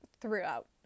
throughout